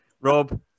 Rob